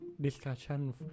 discussion